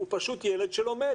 הוא פשוט ילד שלומד.